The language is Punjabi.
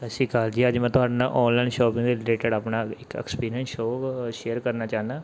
ਸਤਿ ਸ਼੍ਰੀ ਅਕਾਲ ਜੀ ਅੱਜ ਮੈਂ ਤੁਹਾਡੇ ਨਾਲ ਔਨਲਾਈਨ ਸ਼ੋਪਿੰਗ ਰਿਲੇਟਡ ਆਪਣਾ ਇੱਕ ਐਕਸਪੀਰੀਅੰਸ ਸ਼ੋ ਸ਼ੇਅਰ ਕਰਨਾ ਚਾਹੁੰਦਾ